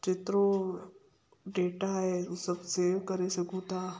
जेतिरो डेटा आहे हू सभु सेव करे सघूं था